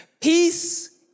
Peace